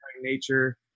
nature